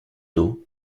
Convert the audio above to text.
dos